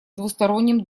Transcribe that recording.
двусторонним